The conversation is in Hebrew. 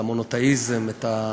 את המונותיאיזם,